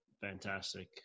fantastic